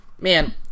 man